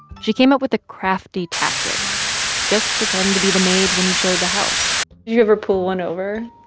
she came up with a crafty tactic just pretend to be the maid when you show the house you ever pull one over?